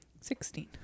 sixteen